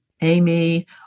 Amy